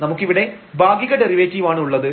നമുക്കിവിടെ ഭാഗിക ഡെറിവേറ്റീവ് ആണ് ഉള്ളത്